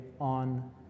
on